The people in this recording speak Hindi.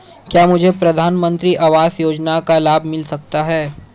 क्या मुझे प्रधानमंत्री आवास योजना का लाभ मिल सकता है?